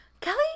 Kelly